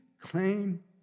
claim